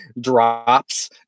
drops